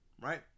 right